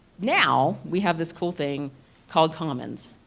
now we have this cool thing called comments.